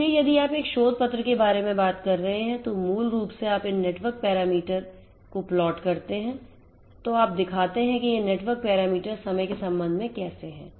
इसलिए यदि आप एक शोध पत्र के बारे में बात कर रहे हैं तो मूल रूप से आप इन नेटवर्क पैरामीटरको प्लाट करते हैं तो आप दिखाते हैं कि ये नेटवर्क पैरामीटर समय के संबंध में कैसे हैं